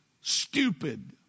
stupid